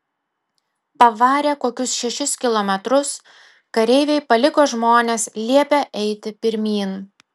pavarę kokius šešis kilometrus kareiviai paliko žmones liepę eiti pirmyn